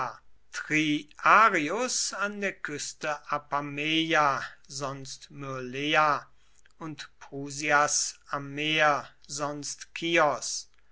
an der küste apameia sonst myrleia und prusias am meer sonst